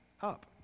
Up